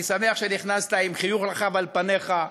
אני שמח שנכנסת עם חיוך רחב על פניך.